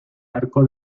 arco